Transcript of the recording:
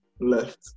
left